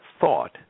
thought